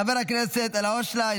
חבר הכנסת אלהואשלה,